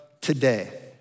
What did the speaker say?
today